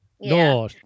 No